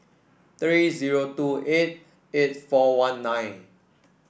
three zero two eight eight four one nine